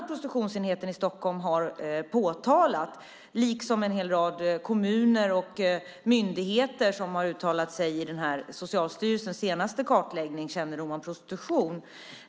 Prostitutionsenheten i Stockholm har påtalat dem, liksom en hel rad kommuner och myndigheter som har uttalat sig i Socialstyrelsens senaste kartläggning Kännedom om prostitution .